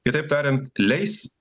kitaip tariant leis